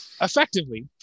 effectively